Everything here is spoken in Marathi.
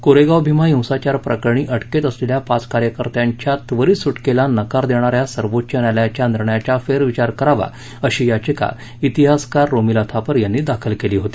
कोरेगाव भीमा हिंसाचार प्रकरणी अटकेत असलेल्या पाच कार्यकर्त्यांच्या त्वरीत सुटकेला नकार देणा या सर्वोच्च न्यायालयाच्या निर्णयाच्या फेरविचार करावा अशी याचिका इतिहासकार रोमिला थापर यांनी दाखल केली होती